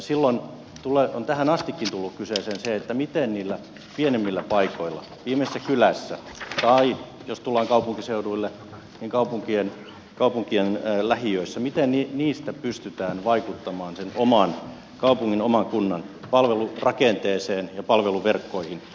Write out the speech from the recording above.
silloin on tähän astikin tullut kyseeseen se miten niillä pienemmillä paikoilla viimeisessä kylässä tai jos tullaan kaupunkiseuduille kaupunkien lähiöissä pystytään vaikuttamaan sen oman kaupungin oman kunnan palvelurakenteeseen ja palveluverkkoihin